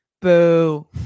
boo